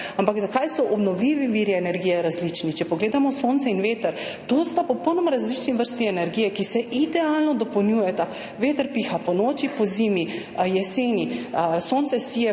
Ampak zakaj so obnovljivi viri energije različni? Če pogledamo sonce in veter, to sta popolnoma različni vrsti energije, ki se idealno dopolnjujeta, veter piha ponoči, pozimi, jeseni, sonce sije